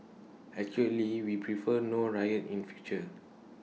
actually we prefer no riot in future